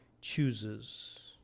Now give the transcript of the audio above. chooses